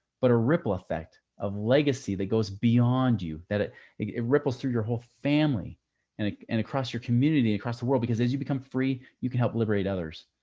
but a ripple effect of legacy that goes beyond you, that it it ripples through your whole family and and across your community across the world. because as you become free, you can help liberate others.